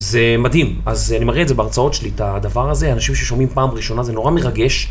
זה מדהים. אז אני מראה את זה בהרצאות שלי, את הדבר הזה. אנשים ששומעים פעם ראשונה, זה נורא מרגש.